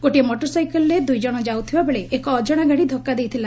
ଗୋଟିଏ ମୋଟରସାଇକେଲରେ ଦୂଇଜଣ ଯାଉଥିବା ବେଳେ ଏକ ଅଜଶା ଗାଡ଼ି ଧକ୍କା ଦେଇଥିଲା